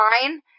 fine